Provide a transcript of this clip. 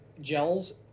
gels